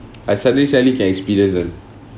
I suddenly suddenly can experience [one]